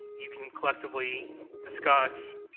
you can collectively discuss,